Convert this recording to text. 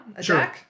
Sure